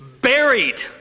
buried